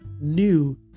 new